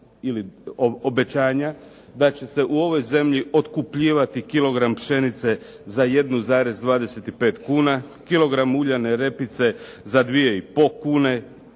davali obećanja da će se u ovoj zemlji otkupljivati kilogram pšenice za 1,25 kuna, kilogram uljane repice za 2,5 kune,